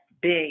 big